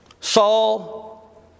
Saul